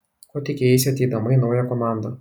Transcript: ko tikėjaisi ateidama į naują komandą